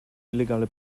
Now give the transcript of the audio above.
illegale